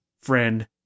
friend